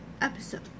episode